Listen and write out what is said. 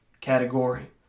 category